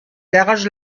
garage